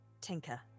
tinker